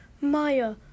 Maya